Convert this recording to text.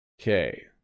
Okay